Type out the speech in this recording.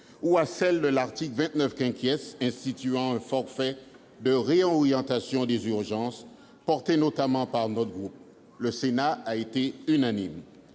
ou à celle de l'article 29 instituant un forfait de réorientation des urgences, portées notamment par notre groupe. Le Sénat a été unanime